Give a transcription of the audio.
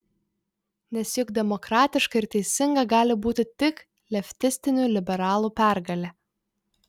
nes juk demokratiška ir teisinga gali būti tik leftistinių liberalų pergalė